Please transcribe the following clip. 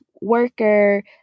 worker